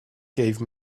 gave